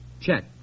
Check